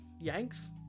Yanks